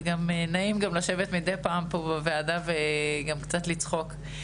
וזה נעים לשבת כאן מידי פעם בוועדה וגם קצת לצחוק.